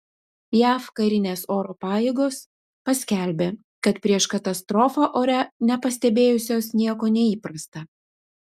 jav karinės oro pajėgos paskelbė kad prieš katastrofą ore nepastebėjusios nieko neįprasta